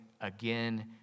again